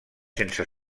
sense